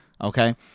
Okay